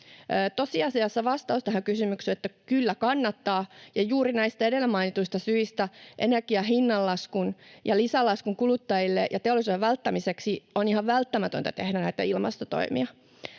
Tosiasiassa vastaus tähän kysymykseen on, että kyllä kannattaa, ja juuri näistä edellä mainituista syistä energian hinnannousun — ja lisälaskun kuluttajille ja teollisuudelle — välttämiseksi on ihan välttämätöntä tehdä näitä ilmastotoimia.